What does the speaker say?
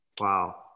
Wow